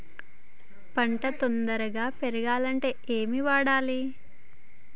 పంట తొందరగా పెరగాలంటే ఏమి వాడాలి?